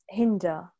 hinder